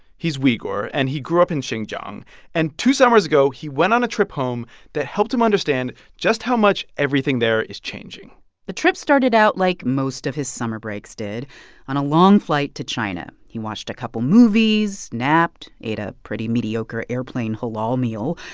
he's uighur, and he grew up in xinjiang and two summers ago, he went on a trip home that helped him understand just how much everything there is changing the trip started out like most of his summer breaks did on a long flight to china. he watched a couple movies, napped, ate a pretty mediocre airplane halal meal.